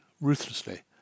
ruthlessly